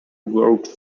wrote